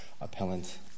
Appellant